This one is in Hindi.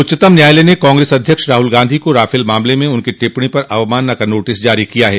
उच्चतम न्यालयालय ने कांग्रेस अध्यक्ष राहुल गांधी को राफेल मामले में उनकी टिप्पणी पर अवमानना का नोटिस जारी किया है